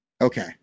Okay